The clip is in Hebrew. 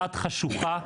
המקצועיים,